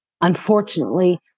unfortunately